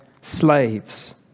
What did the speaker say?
slaves